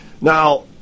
Now